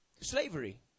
slavery